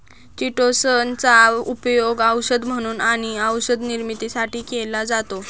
chitosan चा उपयोग औषध म्हणून आणि औषध निर्मितीसाठी केला जातो